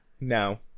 No